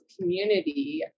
community